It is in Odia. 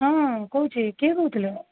ହଁ କହୁଛି କିଏ କହୁଥିଲେ